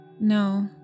No